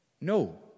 No